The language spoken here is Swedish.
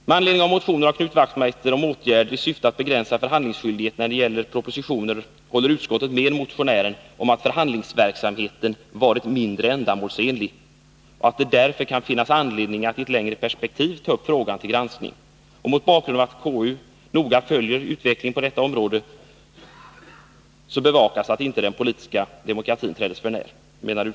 Med anledning av motionen av Knut Wachtmeister m.fl. om åtgärder i syfte att begränsa förhandlingsskyldigheten när det gäller propositioner håller utskottet med motionären om att förhandlingsverksamheten varit mindre ändamålsenlig och att det därför kan finnas anledning att i ett längre perspektiv ta upp frågan till granskning. Mot bakgrund av att KU noga följer utvecklingen på detta område menar utskottet att det bevakas att inte den politiska demokratin trädes för när.